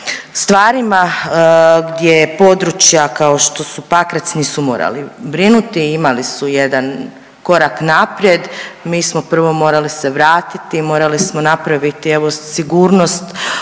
o stvarima gdje područja kao što su Pakrac nisu morali brinuti. Imali su jedan korak naprijed. Mi smo prvo morali se vratiti, morali smo napraviti evo sigurnost,